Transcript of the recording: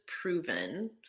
proven